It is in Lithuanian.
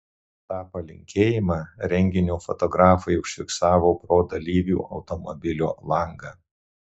tą palinkėjimą renginio fotografai užfiksavo pro dalyvių automobilio langą